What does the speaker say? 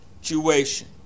situation